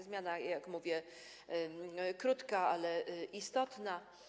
Zmiana, jak mówię, jest krótka, ale istotna.